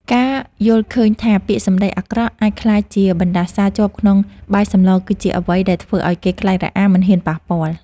ការយល់ឃើញថាពាក្យសម្ដីអាក្រក់អាចក្លាយជាបណ្តាសាជាប់ក្នុងបាយសម្លគឺជាអ្វីដែលធ្វើឱ្យគេខ្លាចរអាមិនហ៊ានប៉ះពាល់។